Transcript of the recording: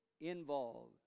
involved